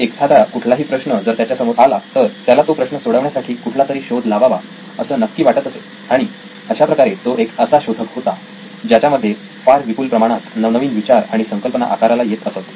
एखादा कुठलाही प्रश्न जर त्याच्या समोर आला तर त्याला तो प्रश्न सोडवण्यासाठी कुठलातरी शोध लावावा असं नक्की वाटत असे आणि अशाप्रकारे तो एक असा शोधक होता ज्याच्याकडे फार विपुल प्रमाणात नवनवीन विचार आणि संकल्पना आकाराला येत असत